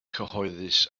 cyhoeddus